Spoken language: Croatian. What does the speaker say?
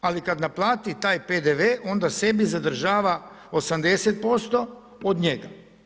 Ali kad naplati taj PDV onda sebi zadržava 80% od njega.